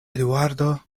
eduardo